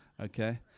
okay